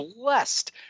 blessed